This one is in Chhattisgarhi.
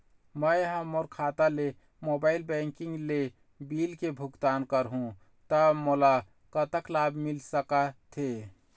मैं हा मोर खाता ले मोबाइल बैंकिंग ले बिल के भुगतान करहूं ता मोला कतक लाभ मिल सका थे?